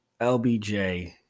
LBJ